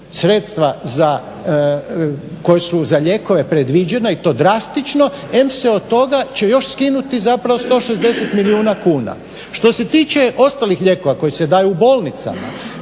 sredstva koja su za lijekove predviđena i to drastično, em se od toga će još skinuti zapravo 160 milijuna kuna. Što se tiče ostalih lijekova koji se daju u bolnicama,